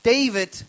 David